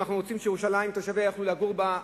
אם אנחנו רוצים שתושבי ירושלים יוכלו לגור בה,